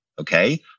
okay